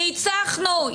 ניצחנו,